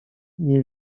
nie